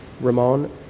Ramon